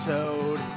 Toad